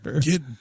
get